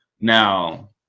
now